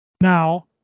now